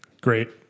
Great